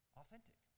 authentic